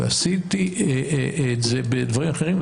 עשיתי את זה בדברים אחרים,